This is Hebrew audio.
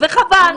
וחבל.